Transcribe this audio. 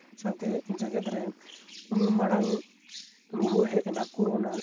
ᱥᱟᱶᱛᱮ ᱡᱮᱜᱮᱫ ᱨᱮ ᱩᱱ ᱢᱟᱨᱟᱝ ᱨᱩᱣᱟᱹ ᱦᱮᱡ ᱮᱱᱟ ᱠᱳᱨᱳᱱᱟ